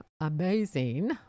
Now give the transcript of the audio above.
amazing